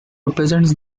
represents